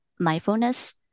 mindfulness